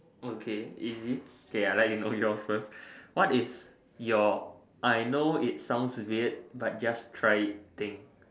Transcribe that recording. okay easy okay I let you know yours first what is your I know it sounds weird but just try it thing